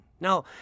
Now